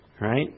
right